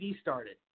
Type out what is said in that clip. started